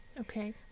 okay